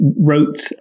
wrote